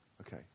Okay